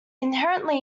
inherently